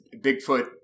Bigfoot